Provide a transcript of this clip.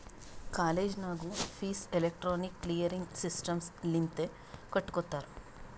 college ನಾಗೂ fees electronic clearing system ಲಿಂತೆ ಕಟ್ಗೊತ್ತಾರ್